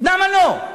למה לא?